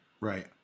Right